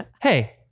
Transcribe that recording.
hey